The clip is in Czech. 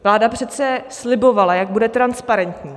Vláda přece slibovala, jak bude transparentní.